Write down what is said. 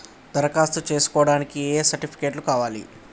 దరఖాస్తు చేస్కోవడానికి ఏ సర్టిఫికేట్స్ కావాలి?